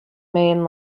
main